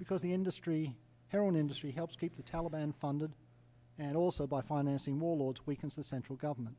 because the industry heroin industry helps keep the taliban funded and also by financing warlords weakens the central government